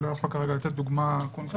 אני לא יכול כרגע לתת דוגמה קונקרטית.